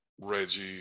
Reggie